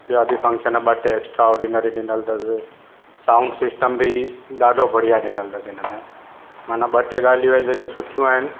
ॿिया बि फंक्शन ॿ टे एक्सट्रा ऑर्डिनरी ॾिनल अथसि साउंड सिस्टम बि ॾाढो बढ़िया ॾिनल अथसि हिन में मना ॿ टे ॻाल्हियूं आहिनि जेके सुठियूं आहिनि